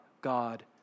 God